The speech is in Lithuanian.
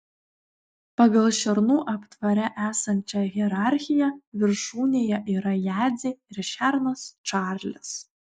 pagal šernų aptvare esančią hierarchiją viršūnėje yra jadzė ir šernas čarlis